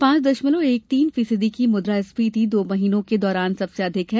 पांच दशमलव एक तीन फीसदी की मुद्रास्फीति दो महीनों के दौरान सबसे अधिक है